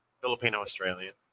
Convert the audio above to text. Filipino-Australian